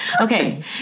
Okay